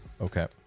Okay